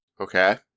Okay